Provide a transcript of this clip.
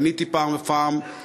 פניתי פעם בפעם,